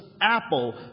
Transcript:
apple